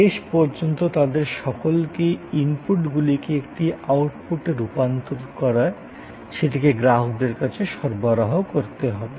শেষ পর্যন্ত তাদের সকলকেই ইনপুটগুলিকে একটি আউটপুটে রূপান্তর করে সেটিকে গ্রাহকদের কাছে সরবরাহ করতে হবে